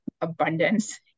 abundance